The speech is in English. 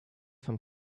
from